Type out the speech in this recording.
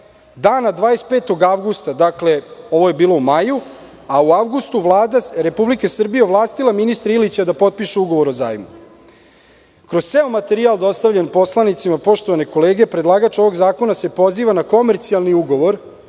Dana 25. avgusta, dakle, ovo je bilo u maju, a u avgustu Vlada Republike Srbije je ovlastila ministra Ilića da potpiše ugovor o zajmu. Kroz ceo materijal dostavljen poslanicima, poštovane kolege, predlagač ovog zakona se poziva na komercijalni ugovor